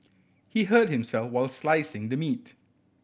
he hurt himself while slicing the meat